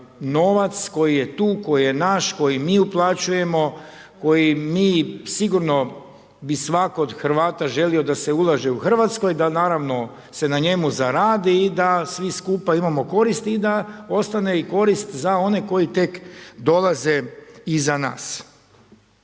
novac koji je tu, koji je naš, koji mi uplaćujemo, koji mi sigurno bi svatko od Hrvata želio da se ulaže u Hrvatskoj, da naravno se na njemu zaradi i da svi skupa imamo koristi i da ostane i korist za one koji tek dolaze iza nas.